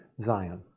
Zion